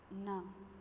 ना